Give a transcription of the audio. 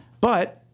But-